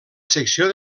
secció